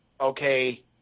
Okay